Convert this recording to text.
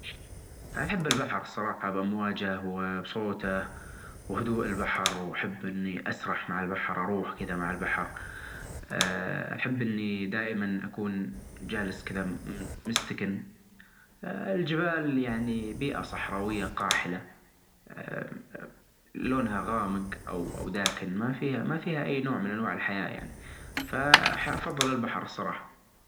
احب الجطاوة الصراحة يعني مو بالشي في القطاوة الا انه في صحابي اسمه ابو هريرة كان مشهور انه يعني له هر صغير يضعه تحت ابطه او حاجة او في كم الثوب فتأسيا يعني من من ولا اسمع هذا الحديث وهذه السيرة عن هذا الصحابي. فحبيت الهر الصراحة